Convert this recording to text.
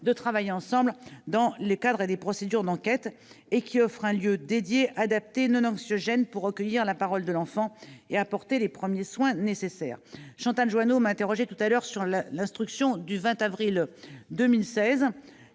de travailler ensemble dans le cadre des procédures d'enquête et constituent un lieu dédié, adapté et non anxiogène pour recueillir la parole de l'enfant et apporter les premiers soins nécessaires. Chantal Jouanno m'a interrogée sur l'instruction du 20 avril 2016,